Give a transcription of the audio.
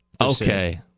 Okay